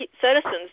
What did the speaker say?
citizens